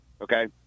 okay